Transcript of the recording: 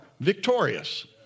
victorious